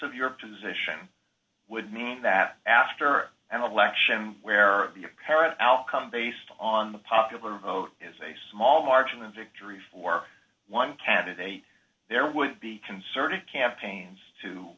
of your position would mean that after an election where the apparent outcome based on the popular vote is a small margin of victory for one candidate there would be concerted campaigns to